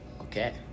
Okay